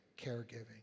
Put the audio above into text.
caregiving